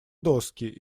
доски